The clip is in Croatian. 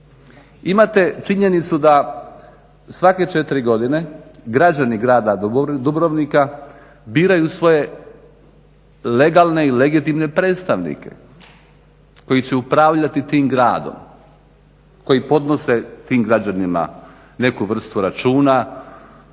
Imate činjenicu da svake 4 godine građani grada Dubrovnika biraju svoje legalne i legitimne predstavnike koji će upravljati tim gradom. Koji podnose tim građanima neku vrstu računa,